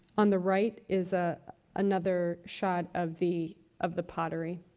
on the right is ah another shot of the of the pottery.